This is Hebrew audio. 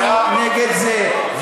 אנחנו נגד זה.